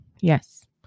Yes